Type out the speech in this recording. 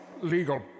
legal